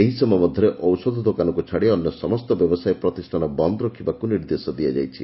ଏହି ସମୟ ମଧ୍ଧରେ ଔଷଧ ଦୋକାନକୁ ଛାଡ଼ି ଅନ୍ୟ ସମସ୍ତ ବ୍ୟବସାୟ ପ୍ରତିଷ୍ଠାନ ବନ୍ଦ ରଖିବାକୁ ନିର୍ଦ୍ଦେଶ ଦିଆଯାଇଛି